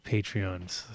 Patreon's